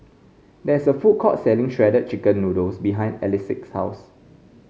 there is a food court selling Shredded Chicken Noodles behind Elick's house